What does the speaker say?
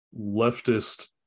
leftist